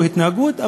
התנהגות,